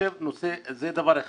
זה דבר אחד.